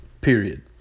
period